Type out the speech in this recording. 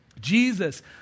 Jesus